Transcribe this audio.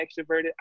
extroverted